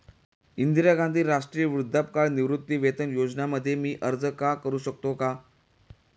इंदिरा गांधी राष्ट्रीय वृद्धापकाळ निवृत्तीवेतन योजना मध्ये मी अर्ज का करू शकतो का?